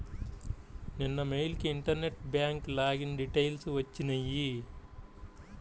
నిన్న మెయిల్ కి internet bank login details వచ్చినియ్యి